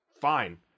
Fine